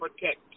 protect